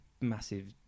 massive